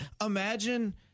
imagine